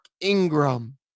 Ingram